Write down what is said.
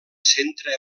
centre